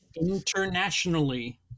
Internationally